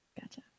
gotcha